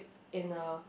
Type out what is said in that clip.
in a